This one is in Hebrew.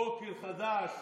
בוקר חדש